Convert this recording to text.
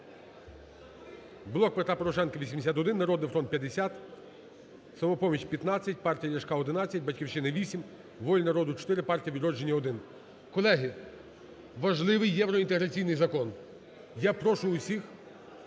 "Блок Петра Порошенка" – 81, "Народний фронт" – 50, "Самопоміч" – 15, Партія Ляшка – 11, "Батьківщина" – 8, "Воля народу" – 4, "Партія Відродження" – 1. Колеги, важливий євроінтеграційний закон. Я прошу усіх,